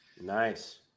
Nice